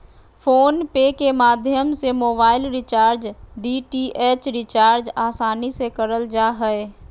phone पे के माध्यम से मोबाइल रिचार्ज, डी.टी.एच रिचार्ज आसानी से करल जा हय